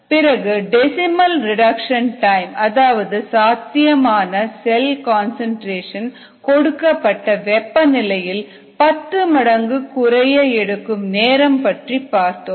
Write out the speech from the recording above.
303kd log10 பிறகு decimal reduction time அதாவது சாத்தியமான செல் கன்சன்ட்ரேஷன் கொடுக்கப்பட்ட வெப்பநிலையில் பத்து மடங்கு குறைய எடுக்கும் நேரம் பற்றி பார்த்தோம்